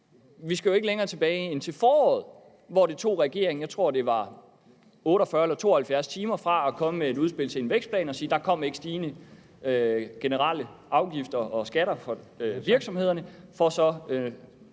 vi skal jo ikke længere tilbage end til foråret, hvor det tog regeringen, jeg tror det var 48 eller 72 timer fra at komme med et udspil til en vækstplan og sige, at der ikke kom stigende generelle afgifter og skatter for virksomhederne, til at